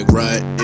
right